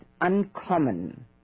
uncommon